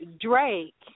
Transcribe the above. Drake